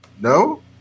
No